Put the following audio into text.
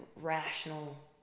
rational